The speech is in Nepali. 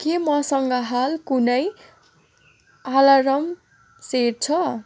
के मसँग हाल कुनै अलार्म सेट छ